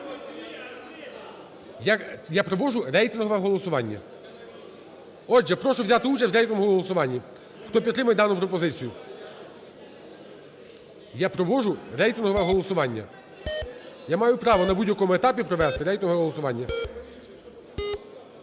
Я провожу рейтингове голосування. Отже, прошу взяти участь в рейтинговому голосуванні, хто підтримує дану пропозицію. Я проводжу рейтингове голосування, я маю право на будь-якому етапі провести рейтингове голосування.